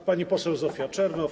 A, pani poseł Zofia Czernow.